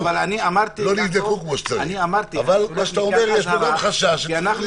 אבל למה שאתה אומר יש גם חשש וצריך לראות אותו.